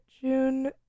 June